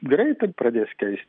greitai pradės keist